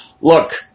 Look